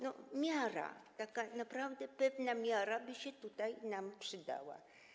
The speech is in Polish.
No miara, naprawdę pewna miara by się tutaj nam przydała.